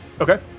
Okay